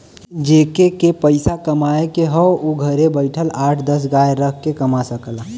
जेके के पइसा कमाए के हौ उ घरे बइठल आठ दस गाय रख के कमा सकला